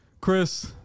Chris